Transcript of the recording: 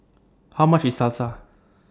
How much IS Salsa